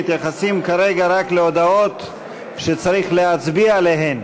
מתייחסים כרגע רק להודעות שצריך להצביע עליהן.